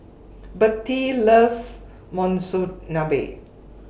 Bertie loves Monsunabe